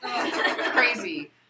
Crazy